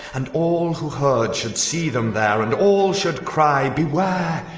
and all who heard should see them there and all should cry, beware!